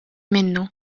minnu